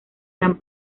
gran